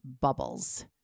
Bubbles